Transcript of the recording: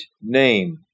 name